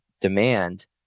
demand